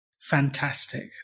Fantastic